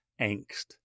angst